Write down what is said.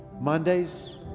Mondays